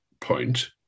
point